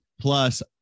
Plus